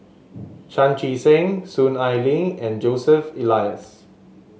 Chan Chee Seng Soon Ai Ling and Joseph Elias